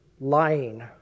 lying